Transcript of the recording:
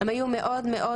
הם היו מאוד מאוד